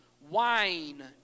wine